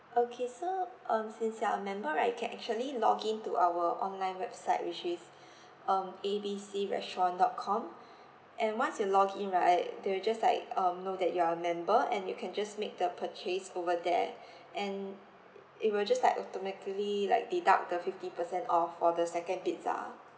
okay so um since you are a member right you can actually login to our online website which is um A B C restaurant dot com and once you login right they will just like um know that you are a member and you can just make the purchase over there and it will just like automatically like deduct the fifty percent off for the second pizza